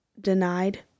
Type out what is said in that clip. denied